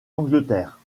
angleterre